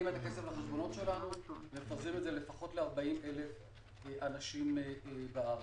החשבונות שלנו ומפזרים את זה לפחות ל-40,000 אנשים בארץ.